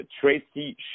Tracy